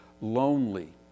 lonely